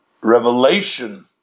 revelation